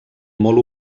molt